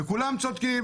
וכולם צודקים,